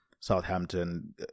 Southampton